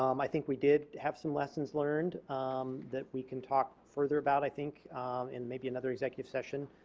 um i think we did have some lessons learned that we can talk further about i think in maybe another executive session.